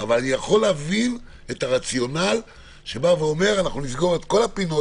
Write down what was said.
אבל אני יכול להבין את הרציונל שמבקש לסגור את כל הפינות